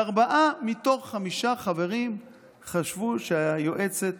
וארבעה מתוך חמישה חברים חשבו שהיועצת